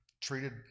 treated